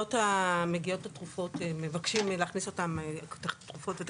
מגיעות התרופות והטכנולוגיות,